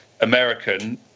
American